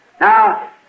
Now